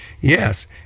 Yes